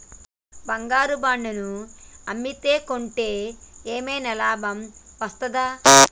బంగారు బాండు ను అమ్మితే కొంటే ఏమైనా లాభం వస్తదా?